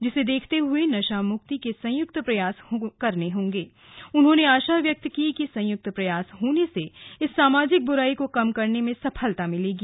जिसे देखते हुए नशा मुक्ति के संयुक्त प्रयास करने होंगें उन्होने आशा व्यक्त की कि संयुक्त प्रयास होने से इस सामाजिक बुराई को कम करने मे सफलता मिलेगी